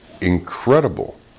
incredible